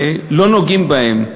ולא נוגעים בהם.